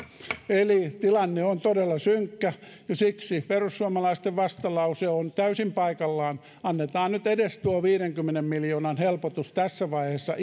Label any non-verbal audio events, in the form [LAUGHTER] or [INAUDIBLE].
eli tilanne on todella synkkä ja siksi perussuomalaisten vastalause on täysin paikallaan annetaan nyt edes tuo viidenkymmenen miljoonan helpotus tässä vaiheessa [UNINTELLIGIBLE]